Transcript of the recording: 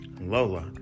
Lola